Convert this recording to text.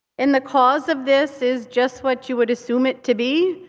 and the cause of this is just what you would assume it to be,